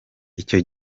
icyo